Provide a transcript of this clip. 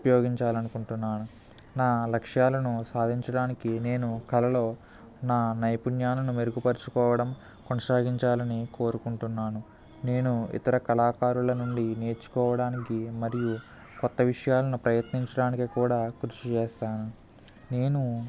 ఉపయోగించాలనుకుంటున్నాను నా లక్ష్యాలను సాధించడానికి నేను కలలో నా నైపుణ్యాలను మెరుగుపరచుకోవడం కొనసాగించాలని కోరుకుంటున్నాను నేను ఇతర కళాకారుల నుండి నేర్చుకోవడానికి మరియు కొత్త విషయాలను నేర్చుకోవడం కోసం కూడా కృషి చేస్తాను నేను